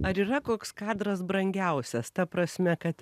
ar yra koks kadras brangiausias ta prasme kad